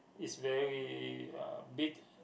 is very uh big